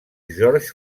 george